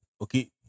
okay